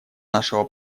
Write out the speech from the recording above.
нашего